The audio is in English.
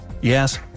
Yes